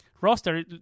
roster